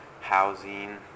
housing